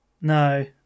No